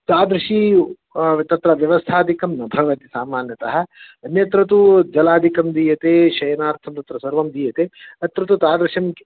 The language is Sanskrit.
तादृशी तत्र व्यवस्थादिकं न भवति सामान्यतः अन्यत्र तु जलादिकं दीयते शयनार्थं तत्र सर्वं दीयते अत्र तु तादृशम्